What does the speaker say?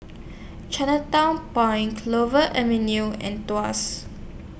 Chinatown Point Clover Avenue and Tuas